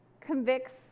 convicts